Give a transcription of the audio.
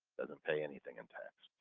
doesn't pay anything in tax.